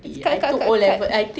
cut cut cut cut